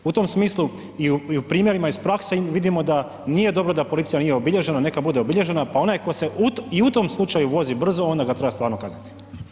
U tom smislu i u primjerima iz prakse vidimo da nije dobro da policija nije obilježena, neka bude obilježena pa onaj tko se i u tom slučaju vozi brzo onda ga treba stvarno kazniti.